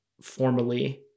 formally